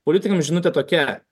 politikams žinutė tokia